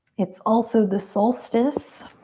it's also the solstice